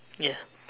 ya